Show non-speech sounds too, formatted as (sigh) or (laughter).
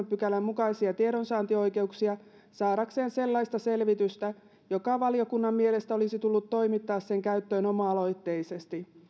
(unintelligible) pykälän mukaisia tiedonsaantioikeuksia saadakseen sellaista selvitystä joka valiokunnan mielestä olisi tullut toimittaa sen käyttöön oma aloitteisesti